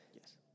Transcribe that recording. Yes